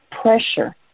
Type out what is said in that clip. pressure